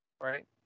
right